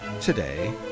today